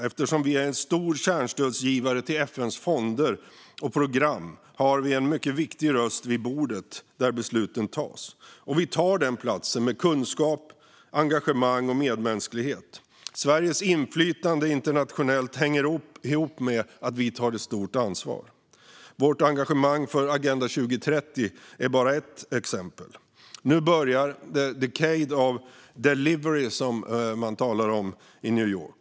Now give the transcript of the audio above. Eftersom Sverige är en stor kärnstödsgivare till FN:s fonder och program har vi en mycket viktig röst vid bordet där besluten fattas. Vi tar den platsen med kunskap, engagemang och medmänsklighet. Sveriges inflytande internationellt hänger ihop med att vi tar ett stort ansvar. Vårt engagemang för Agenda 2030 är bara ett exempel. Nu börjar the decade of delivery, som man talar om i New York.